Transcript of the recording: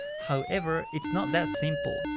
however, it's not that simple.